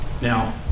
Now